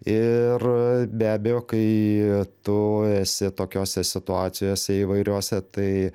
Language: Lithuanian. ir be abejo kai tu esi tokiose situacijose įvairiose tai